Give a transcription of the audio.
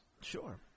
Sure